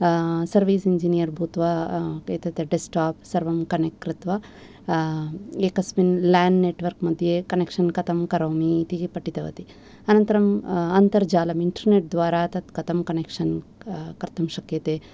service engineer भूत्वा ते तत्र डेस्क्टाप् सर्वं कनेक्ट् कृत्वा एकस्मिन् लान् नेट् वर्क् मध्ये कनेक्षन् कथं करोमि इति पठितवती अनन्तरम् अन्तर्जालम् इण्टेर्नेट् द्वारा तत् कथं कनेक्षन् कर्तुं शक्यते